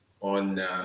on